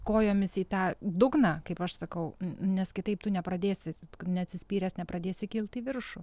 kojomis į tą dugną kaip aš sakau n nes kitaip tu nepradėsi neatsispyręs nepradėsi kilt į viršų